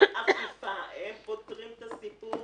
אין אכיפה, הם פותרים את הבעיה